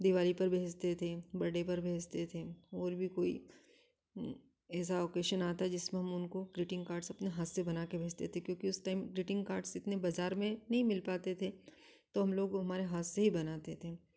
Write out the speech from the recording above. दिवाली पर भेजते थे बरडे पर भेजते थे और भी कोई ऐसा ओकेसन आता जिसमें हम उनको ग्रीटिंग कार्ड्स अपने हाथ से बना के भेजते थे क्योंकि उस टाइम ग्रीटिंग कार्ड्स इतने बजार में नहीं मिल पाते थे तो हम लोग हमारे हाथ से ही बनाते थे